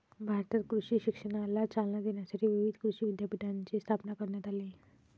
भारतात कृषी शिक्षणाला चालना देण्यासाठी विविध कृषी विद्यापीठांची स्थापना करण्यात आली